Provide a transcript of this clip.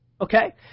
Okay